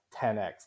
10x